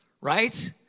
right